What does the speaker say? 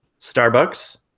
Starbucks